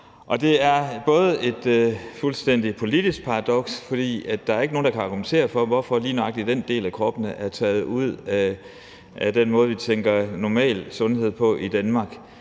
det er et fuldstændig politisk paradoks, for der er ikke nogen, der kan argumentere for, hvorfor lige nøjagtig den del af kroppen er taget ud af den måde, vi tænker normal sundhed på i Danmark.